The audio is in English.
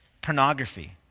pornography